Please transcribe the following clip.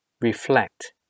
reflect